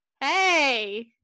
Hey